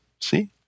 see